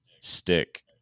stick